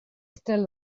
still